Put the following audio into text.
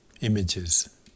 images